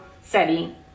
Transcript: setting